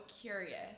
curious